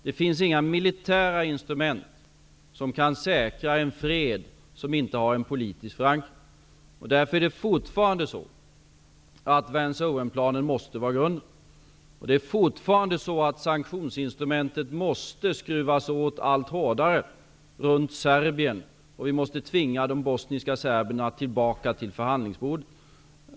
Det finns inga militära instrument som kan säkra en fred, som inte har en politisk förankring. Därför måste fortfarande Vance--Oven-planen vara grunden. Sanktionsinstrumentet måste fortfarande skruvas åt allt hårdare runt Serbien. Vi måste tvinga de bosniska serberna tillbaka till förhandlingsbordet.